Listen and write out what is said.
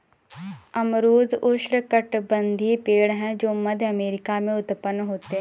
अमरूद उष्णकटिबंधीय पेड़ है जो मध्य अमेरिका में उत्पन्न होते है